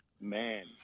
man